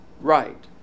right